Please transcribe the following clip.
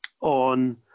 on